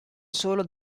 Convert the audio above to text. solo